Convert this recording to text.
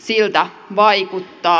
siltä vaikuttaa